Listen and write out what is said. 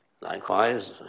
Likewise